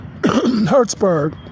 Hertzberg